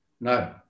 No